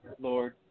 Lord